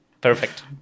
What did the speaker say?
Perfect